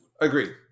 Agreed